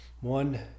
One